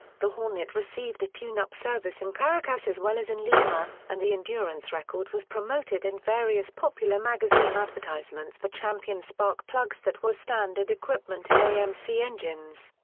the hornet received a tune-up service in caracas as well as in lima, and the endurance record was promoted in and various popular magazine advertisements for champion spark plugs that were standard equipment in amc engines.